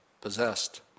possessed